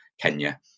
Kenya